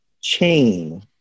chain